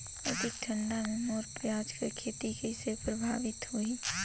अधिक ठंडा मे मोर पियाज के खेती कइसे प्रभावित होही?